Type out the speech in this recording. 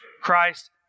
Christ